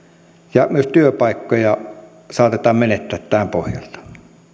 ja myös työpaikkoja saatetaan menettää tämän pohjalta